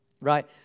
right